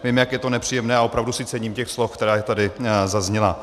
Vím, jak je to nepříjemné, a opravdu si cením těch slov, která tady zazněla.